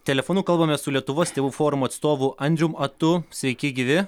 telefonu kalbamės su lietuvos tėvų forumo atstovu andriumi atu sveiki gyvi